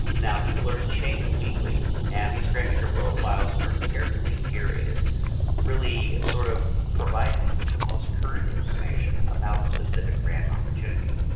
now these alerts change weekly and these grant maker profiles are carefully curated really sort of providing you with the most current information about a specific grant opportunity.